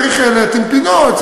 צריך להתאים פינות,